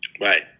Right